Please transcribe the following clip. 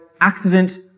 accident